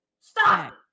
Stop